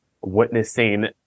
witnessing